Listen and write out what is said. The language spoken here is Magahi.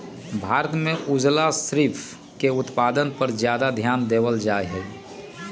भारत में उजला श्रिम्फ के उत्पादन पर ज्यादा ध्यान देवल जयते हई